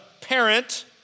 parent